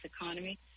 economy